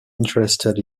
interested